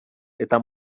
eta